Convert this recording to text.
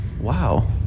Wow